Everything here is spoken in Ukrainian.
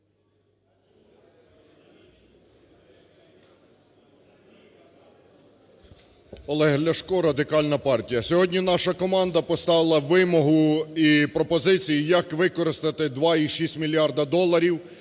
Олег Ляшко, Радикальна партія. Сьогодні наша команда поставила вимогу і пропозиції, як використати 2,6 мільярда доларів,